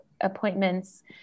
appointments